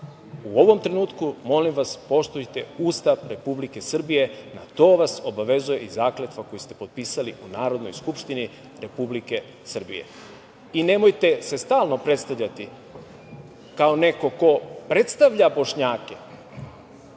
u ovom trenutku molim vas poštujte Ustav Republike Srbije, na to vas obavezuje i zakletva koju ste potpisali u Narodnoj skupštini Republike Srbije. Nemojte se stalno predstavljati kao neko ko predstavlja Bošnjake.